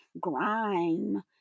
grime